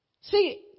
See